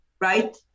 right